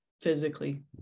physically